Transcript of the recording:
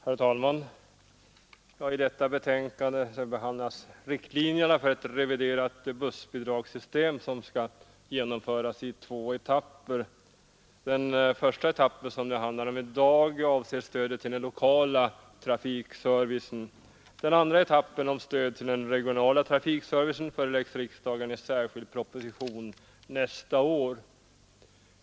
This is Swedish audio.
Herr talman! I detta betänkande behandlas riktlinjerna för ett reviderat bussbidragssystem som skall genomföras i två' etapper. Den första etappen, som det handlar om i dag, avser stödet till den lokala trafikservicen. Den andra etappen om stöd till den regionala trafikservicen föreläggs riksdagen i särskild proposition nästa år.